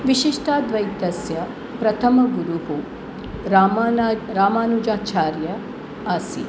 विशिष्टाद्वैतस्य प्रथमगुरुः रामानुजाचार्य आसीत्